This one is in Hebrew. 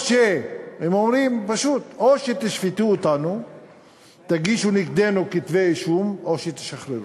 הם אומרים פשוט: או שתגישו נגדנו כתבי-אישום ותשפטו אותנו או שתשחררו.